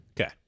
Okay